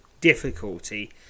difficulty